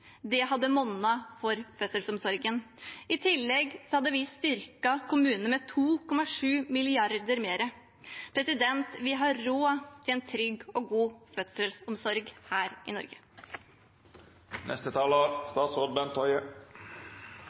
Det hadde monnet for fødselsomsorgen. I tillegg har vi styrket kommunene med 2,7 mrd. kr mer. Vi har råd til en trygg og god fødselsomsorg her i